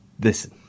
Listen